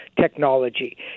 technology